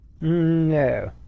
No